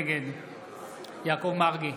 נגד יעקב מרגי,